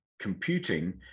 Computing